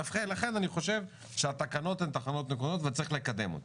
לכן אני חושב שהתקנות הן תקנות נכונות וצריך לקדם אותן.